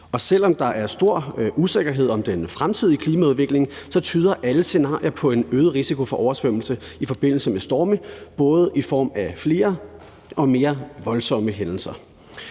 Selv om der er stor usikkerhed om den fremtidige klimaudvikling, tyder alle scenarier på en øget risiko for oversvømmelse i forbindelse med storme, både i form af flere og mere voldsomme hændelser.